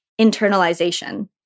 internalization